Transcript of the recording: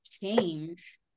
change